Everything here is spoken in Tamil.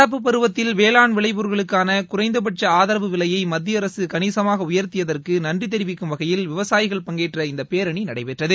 நடப்பு பருவத்தில் வேளாண் விளைப்பொருட்களுக்கான குறைந்தபட்ச ஆதரவு விலையை மத்தியஅரசு கணிசமாக உயர்த்தியதற்கு நன்றி தெரிவிக்கும் வகையில் விவசாயிகள் பங்கேற்ற இந்த பேரணி நடைபெற்றது